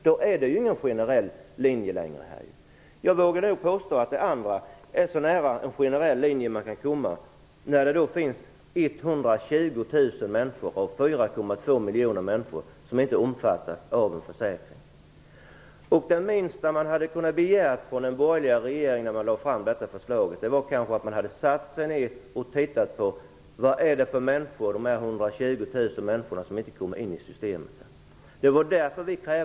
Då är det ju ingen generell linje längre! Jag vågar påstå att det andra systemet är så nära en generell linje man kan komma. 120 000 av 4,2 miljoner människor omfattas inte av en försäkring. Det minsta man hade kunnat begära från den borgerliga regeringen när den lade fram förslaget var att den hade satt sig ned och tittat på vad de 120 000 människorna som inte kommer in i systemet är för några.